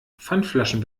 pfandflaschen